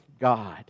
God